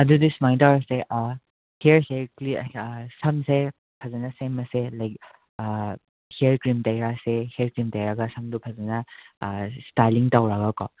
ꯑꯗꯨꯗꯤ ꯁꯨꯃꯥꯏꯅ ꯇꯧꯔꯁꯦ ꯍꯤꯌꯔꯁꯦ ꯀ꯭ꯂꯤꯌꯔ ꯁꯝꯁꯦ ꯐꯖꯅ ꯁꯦꯃꯁꯦ ꯂꯥꯏꯛ ꯍꯤꯌꯔ ꯀ꯭ꯔꯤꯝ ꯇꯩꯔꯁꯦ ꯍꯤꯌꯔ ꯀ꯭ꯔꯤꯝ ꯇꯩꯔꯒ ꯁꯝꯗꯣ ꯐꯖꯅ ꯁ꯭ꯇꯥꯏꯜꯂꯤꯡ ꯇꯧꯔꯒꯀꯣ